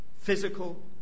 physical